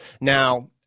Now